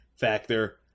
factor